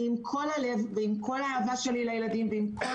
עם כל הלב ועם כל האהבה שלי לילדים ועם כל